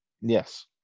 Yes